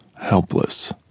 helpless